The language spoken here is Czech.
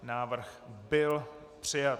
Návrh byl přijat.